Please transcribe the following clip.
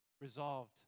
Resolved